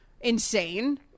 insane